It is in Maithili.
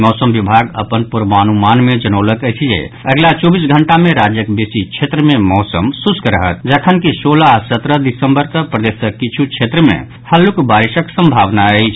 मौसम विभाग अपन पूर्वानुमान मे जनौलक अछि जे अगिला चौबीस घंटा मे राज्यक बेसी क्षेत्र मे मौसम शुष्क रहत जखनकि सोलह आ सत्रह दिसंबर कऽ प्रदेशक किछु क्षेत्र मे हल्लुक बारिशक संभावना अछि